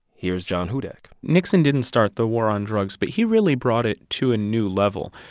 here's john hudak nixon didn't start the war on drugs, but he really brought it to a new level.